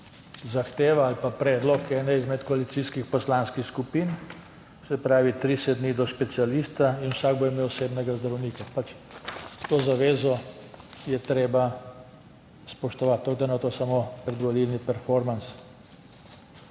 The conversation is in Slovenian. zahteva ali predlog ene izmed koalicijskih poslanskih skupin. Se pravi, 30 dni do specialista in vsak bo imel osebnega zdravnika, to zavezo je treba spoštovati, tako da ne bo to samo predvolilni performans.